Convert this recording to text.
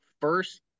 first